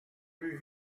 rue